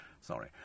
Sorry